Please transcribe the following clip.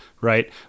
right